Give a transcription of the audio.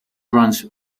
runs